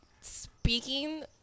speaking